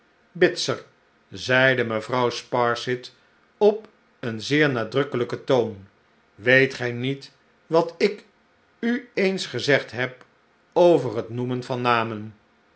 bitzer zeide mevrouw sparsit op een zeer nadrukkelijken toon weet gij niet wat ik u eens gezegd heb over het noemen van namen